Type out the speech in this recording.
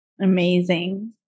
Amazing